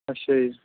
ਅੱਛਾ ਜੀ